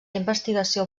investigació